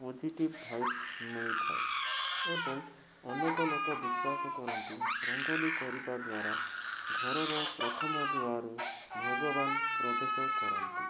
positive vibes ମିଳିଥାଏ ଏବଂ ଅନେକ ଲୋକ ବିଶ୍ଵାସ କରନ୍ତି ରଙ୍ଗୋଲି କରିବା ଦ୍ଵାରା ଘରର ପ୍ରଥମ ଦୁଆରୁ ଭଗବାନ ପ୍ରବେଶ କରନ୍ତି